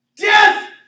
Death